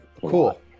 cool